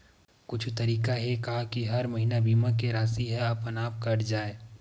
कुछु तरीका हे का कि हर महीना बीमा के राशि हा अपन आप कत जाय?